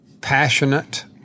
Passionate